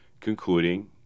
concluding